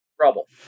trouble